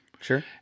Sure